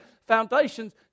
foundations